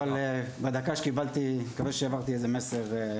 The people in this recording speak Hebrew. אבל אני מקווה שבדקה שקיבלתי העברתי את המסר.